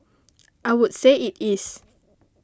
I would say it is